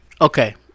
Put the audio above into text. Okay